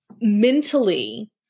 mentally